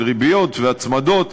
של ריביות והצמדות,